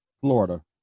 Florida